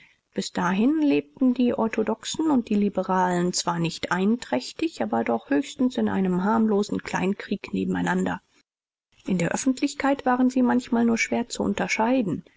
bis dahin lebten die orthodoxen und die liberalen zwar nicht einträchtig aber doch höchstens in einem harmlosen kleinkrieg nebeneinander in der öffentlichkeit waren sie manchmal nur schwer zu unterscheiden